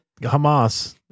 Hamas